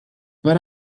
but